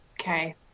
Okay